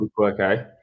okay